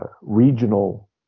regional